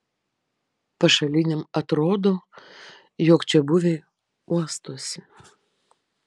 pašaliniam atrodo jog čiabuviai uostosi